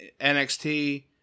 NXT